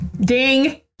Ding